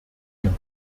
hier